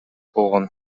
болгон